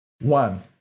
one